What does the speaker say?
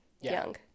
young